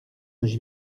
coś